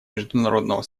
международного